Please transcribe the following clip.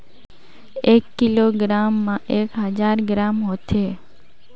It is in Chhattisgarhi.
एक किलोग्राम म एक हजार ग्राम होथे